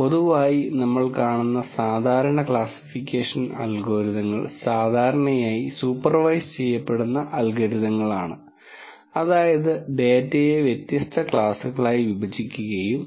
പൊതുവായി നമ്മൾ കാണുന്ന സാധാരണ ക്ലാസ്സിഫിക്കേഷൻ അൽഗോരിതങ്ങൾ സാധാരണയായി സൂപ്പർവൈസ് ചെയ്യപ്പെടുന്ന അൽഗരിതങ്ങളാണ് അതായത് ഡാറ്റയെ വ്യത്യസ്ത ക്ലാസുകളായി വിഭജിക്കുകയും